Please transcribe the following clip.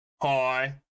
Hi